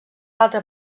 altre